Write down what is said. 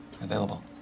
available